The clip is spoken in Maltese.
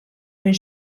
minn